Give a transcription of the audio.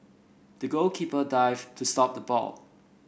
the goalkeeper dived to stop the ball